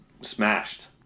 smashed